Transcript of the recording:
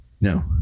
No